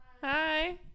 hi